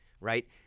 right